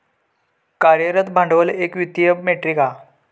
कार्यरत भांडवल एक वित्तीय मेट्रीक हा